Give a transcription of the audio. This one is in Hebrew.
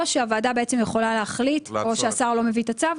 או שהוועדה בעצם יכולה להחליט או שהשר לא מביא את הצו,